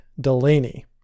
delaney